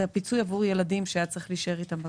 עבור ילדים שהיה צריך להישאר איתם בבית.